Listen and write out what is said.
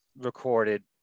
recorded